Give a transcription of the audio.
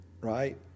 right